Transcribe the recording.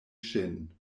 ŝin